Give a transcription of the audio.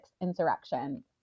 insurrection